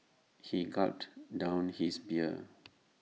he gulped down his beer